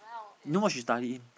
you know what she study